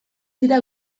dira